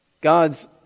God's